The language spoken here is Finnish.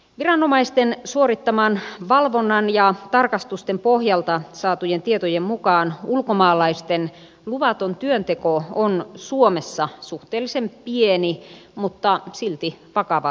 viranomaisten suorittaman valvonnan ja tarkastusten pohjalta saatujen tietojen mukaan ulkomaalaisten luvaton työnteko on suomessa suhteellisen pieni mutta silti vakava ilmiö